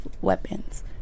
weapons